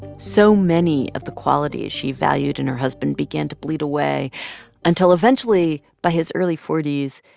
so many of the qualities she valued in her husband began to bleed away until eventually, by his early forty s,